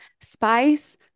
spice